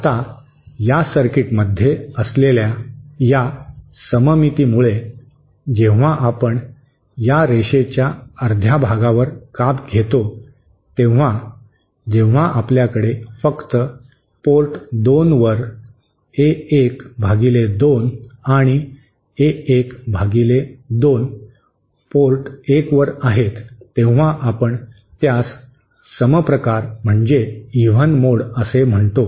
आता या सर्किटमध्ये असलेल्या या सममितीमुळे जेव्हा आपण या रेषेच्या अर्ध्या भागावर काप घेतो तेव्हा जेव्हा आपल्याकडे फक्त पोर्ट 2 वर ए 1 भागिले 2 आणि ए 1 भागिले 2 पोर्ट 1 वर आहेत तेव्हा आपण त्यास सम प्रकार म्हणजे इव्हन मोड असे म्हणतो